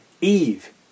Eve